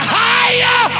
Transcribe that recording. higher